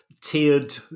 Tiered